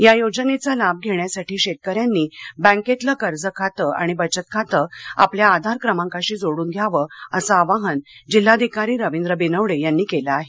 या योजनेचा लाभ घेण्यासाठी शेतकऱ्यांनी बँकेतलं कर्जखातं आणि बचतखातं आपल्या आधार क्रमांकाशी जोडून घ्यावं असं आवाहन जिल्हाधिकारी रवींद्र बिनवडे यांनी केलं आहे